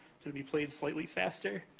gonna be played slightly faster.